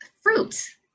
fruit